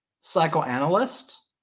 psychoanalyst